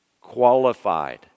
qualified